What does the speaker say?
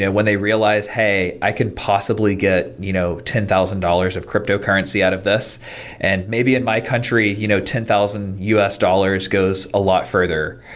yeah when they realize, hey, i can possibly get you know ten thousand dollars of cryptocurrency out of this and maybe in my country you know ten thousand dollars goes a lot further.